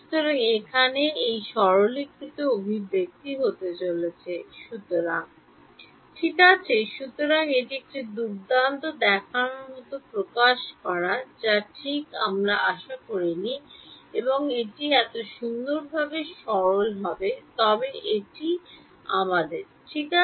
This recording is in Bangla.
সুতরাং এখানে এই সরলীকৃত অভিব্যক্তি হতে চলেছে সুতরাং ঠিক আছে সুতরাং এটি একটি দুর্দান্ত দেখানোর মত প্রকাশ যা ঠিক আমরা আশা করি নি যে এটি এত সুন্দরভাবে সরল হবে তবে এটি আমাদের ঠিক আছে